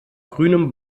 grünem